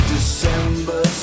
December